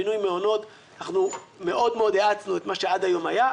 בבינוי מעונות אנחנו מאוד-מאוד האצנו את מה שעד היום היה.